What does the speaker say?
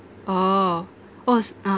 oh was uh